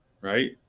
right